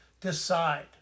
decide